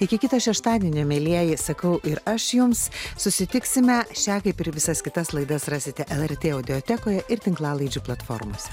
iki kito šeštadienio mielieji sakau ir aš jums susitiksime šią kaip ir visas kitas laidas rasite lrt audiotekoje ir tinklalaidžių platformose